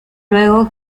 luego